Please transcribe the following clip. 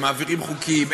הם מעבירים חוקים,